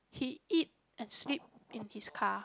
he eat and sleep in his car